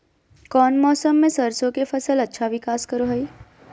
कौन मौसम मैं सरसों के फसल अच्छा विकास करो हय?